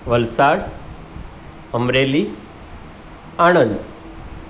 Valsad Amreli Anand